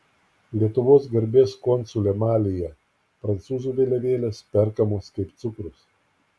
lietuvos garbės konsulė malyje prancūzų vėliavėlės perkamos kaip cukrus